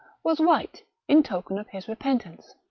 was white, in token of his repentance.